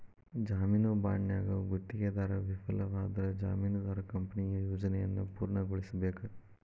ಜಾಮೇನು ಬಾಂಡ್ನ್ಯಾಗ ಗುತ್ತಿಗೆದಾರ ವಿಫಲವಾದ್ರ ಜಾಮೇನದಾರ ಕಂಪನಿಯ ಯೋಜನೆಯನ್ನ ಪೂರ್ಣಗೊಳಿಸಬೇಕ